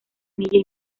milla